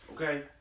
okay